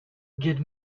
get